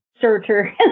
searcher